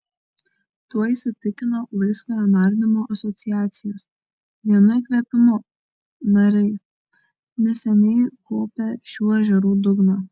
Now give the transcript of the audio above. tuo įsitikino laisvojo nardymo asociacijos vienu įkvėpimu narai neseniai kuopę šių ežerų dugną